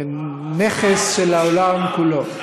נכס של העולם כולו.